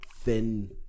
thin